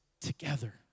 together